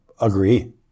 Agree